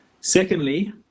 Secondly